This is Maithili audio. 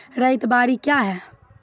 रैयत बाड़ी क्या हैं?